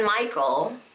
Michael